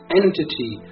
entity